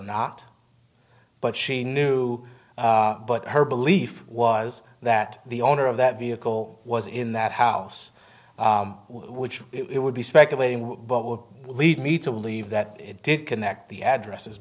not but she knew but her belief was that the owner of that vehicle was in that house which it would be speculating what would lead me to believe that it did connect the addresses